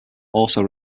also